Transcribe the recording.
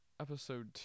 episode